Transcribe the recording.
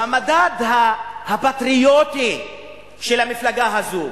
במדד הפטריוטי של המפלגה הזאת,